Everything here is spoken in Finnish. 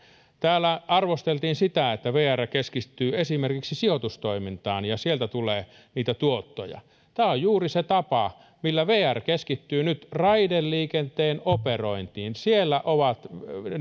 täällä arvosteltiin sitä että vr keskittyy esimerkiksi sijoitustoimintaan ja sieltä tulee niitä tuottoja tämä on juuri se tapa millä vr keskittyy nyt raideliikenteen operointiin siellä ovat ne